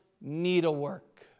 needlework